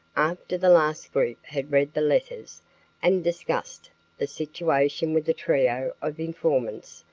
after the last group had read the letters and discussed the situation with the trio of informants,